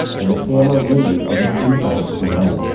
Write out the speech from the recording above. and the camera lingers as its insides spill out.